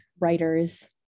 Writers